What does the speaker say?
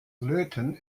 löten